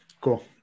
Cool